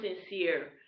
sincere